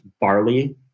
barley